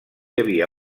havia